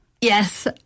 Yes